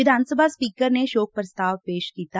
ਵਿਧਾਨ ਸਭਾ ਸਪੀਕਰ ਨੇ ਸ਼ੋਕ ਪ੍ਰਸਤਾਵ ਪੇਸ਼ ਕੀਤਾ